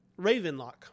Ravenlock